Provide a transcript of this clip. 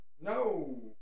No